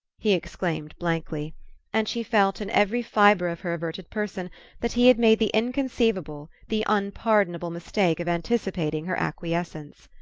he exclaimed blankly and she felt in every fibre of her averted person that he had made the inconceivable, the unpardonable mistake of anticipating her acquiescence.